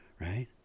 right